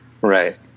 Right